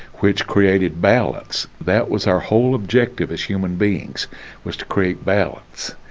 which created balance. that was our whole objective as human beings was to create balance,